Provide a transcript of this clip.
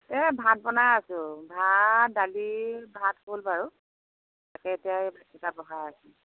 এই ভাত বনাই আছোঁ ভাল দালি ভাত হ'ল বাৰু তাকে এতিয়া এই ভাতকেইটা বহাই আছোঁ